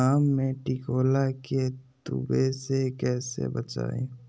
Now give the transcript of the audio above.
आम के टिकोला के तुवे से कैसे बचाई?